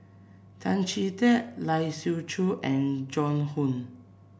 Tan Chee Teck Lai Siu Chiu and Joan Hon